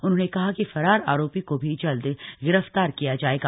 उन्होंने कहा कि फरार आरोपी को भी जल्द गिरफ्तार किया जाएगा